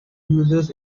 users